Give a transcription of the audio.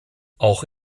auch